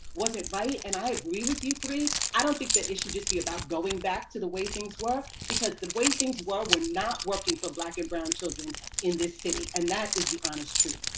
wasn't right. and i agree with you three, i don't think that we should just be about going back to the way things were because the way things were were not working for black and brown children in this city. and that is the honest truth.